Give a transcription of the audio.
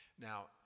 Now